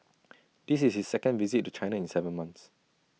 this is his second visit to China in Seven months